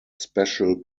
special